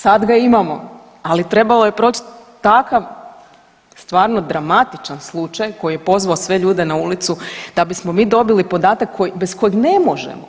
Sad ga imamo, ali trebao je prošli takav, stvarno dramatičan slučaj koji je pozvao sve ljude na ulicu da bismo mi dobili podatak bez kojeg ne možemo.